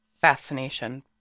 fascination